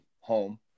home